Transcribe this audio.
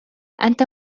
أنت